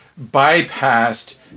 bypassed